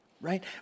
right